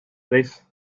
this